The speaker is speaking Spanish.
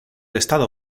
estado